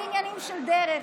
על עניינים של דרך,